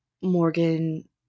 Morgan